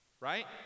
Right